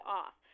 off